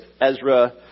Ezra